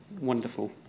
wonderful